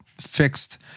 fixed